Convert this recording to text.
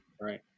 Right